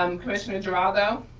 um commissioner geraldo.